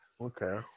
Okay